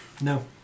No